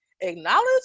acknowledge